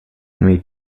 made